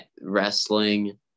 wrestling